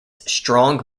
strong